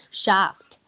shocked